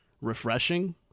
refreshing